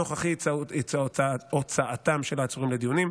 נוכח אי-הוצאתם של העצורים לדיונים.